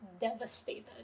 devastated